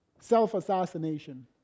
Self-assassination